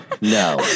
No